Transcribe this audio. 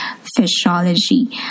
physiology